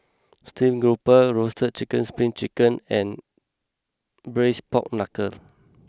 Stream Grouper Roasted Chicken Spring Chicken and Braised Pork Knuckle